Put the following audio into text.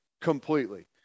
completely